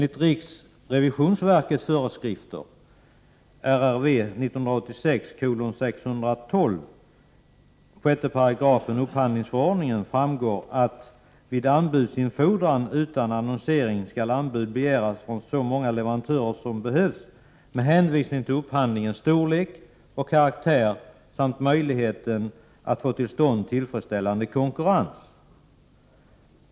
Av riksrevisionsverkets föreskrifter, RRV 1986:612, 6 § upphandlingsförordningen framgår att vid anbudsinfordran utan annonsering skall anbud begäras från så många leverantörer som behövs med hänsyn till upphandlingens storlek och karaktär samt möjligheten att få till stånd tillfredsställande konkurrens.